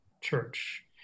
church